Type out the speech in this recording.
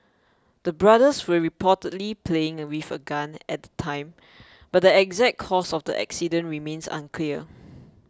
the brothers were reportedly playing with a gun at the time but the exact cause of the accident remains unclear